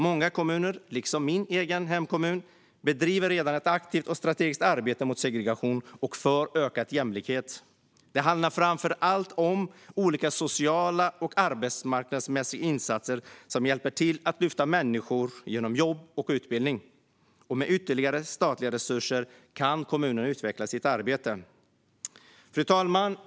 Många kommuner bedriver liksom min hemkommun redan ett aktivt och strategiskt arbete mot segregation och för ökad jämlikhet. Det handlar framför allt om olika sociala och arbetsmarknadsmässiga insatser som hjälper till att lyfta människor genom jobb och utbildning. Med ytterligare statliga resurser kan kommunerna utveckla sitt arbete. Fru talman!